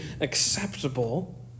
acceptable